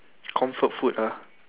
comfort food ah